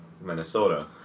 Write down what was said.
Minnesota